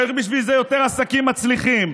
צריך בשביל זה יותר עסקים מצליחים,